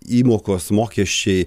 įmokos mokesčiai